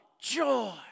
joy